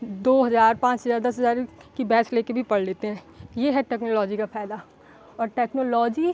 दो हजार पाँच हजार दस हजार की बैच लेके भी पढ़ लेते हैं ये है टेक्नोलॉजी का फायदा और टेक्नोलॉजी